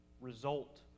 result